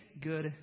good